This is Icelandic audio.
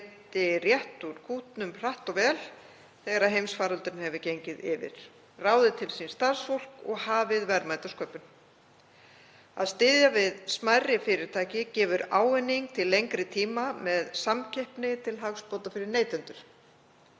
geti rétt úr kútnum hratt og vel þegar heimsfaraldurinn hefur gengið yfir, ráðið til sín starfsfólk og hafið verðmætasköpun. Að styðja við smærri fyrirtæki gefur ávinning til lengri tíma með samkeppni til hagsbóta fyrir neytendur.